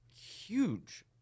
huge